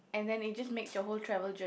and then it just makes your whole travel jour~